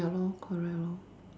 ya lor correct lor